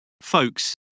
folks